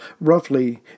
Roughly